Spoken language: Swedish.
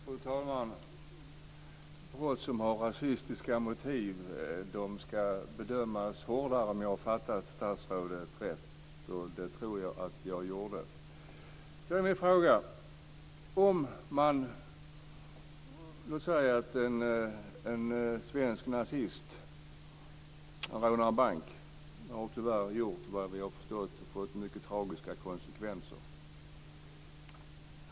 Fru talman! Personer som begår brott som har rasistiska motiv ska dömas hårdare, om jag har förstått statsrådet rätt; och det tror jag att jag har gjort. Låt oss säga att en svensk nazist rånar en bank. Vad jag har förstått har det tyvärr skett, och det har fått mycket tragiska konsekvenser.